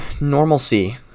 normalcy